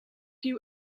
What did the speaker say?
you